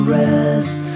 rest